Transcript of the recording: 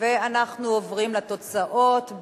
להסיר מסדר-היום